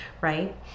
right